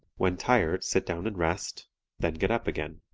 when tired sit down and rest then get up again.